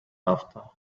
after